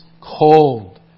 cold